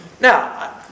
Now